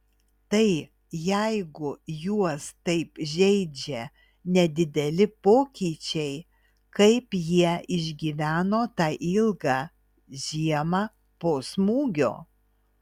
tai jeigu juos taip žeidžia nedideli pokyčiai kaip jie išgyveno tą ilgą žiemą po smūgio